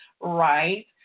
Right